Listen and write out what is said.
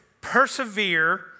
persevere